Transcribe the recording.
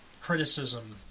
criticism